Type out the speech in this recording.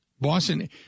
Boston